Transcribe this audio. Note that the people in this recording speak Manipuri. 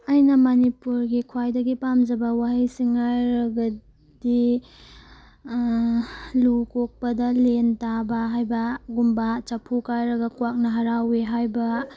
ꯑꯩꯅ ꯃꯅꯤꯄꯨꯔꯒꯤ ꯈ꯭ꯋꯥꯏꯗꯒꯤ ꯄꯥꯝꯖꯕ ꯋꯥꯍꯩꯁꯤꯡ ꯍꯥꯏꯔꯒꯗꯤ ꯂꯨ ꯀꯣꯛꯄꯗ ꯂꯦꯟ ꯇꯥꯕ ꯍꯥꯏꯕ ꯒꯨꯝꯕ ꯆꯐꯨ ꯀꯥꯏꯔꯒ ꯀ꯭ꯋꯥꯛꯅ ꯍꯔꯥꯎꯏ ꯍꯥꯏꯕ